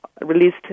released